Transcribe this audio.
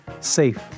Safe